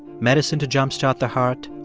medicine to jumpstart the heart.